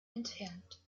entfernt